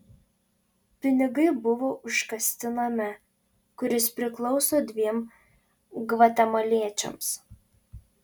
pinigai buvo užkasti name kuris priklauso dviem gvatemaliečiams